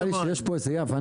נראה לי שיש פה איזו אי הבנה.